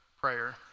prayer